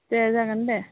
दे जागोन दे